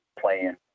playing